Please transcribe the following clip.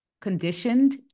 conditioned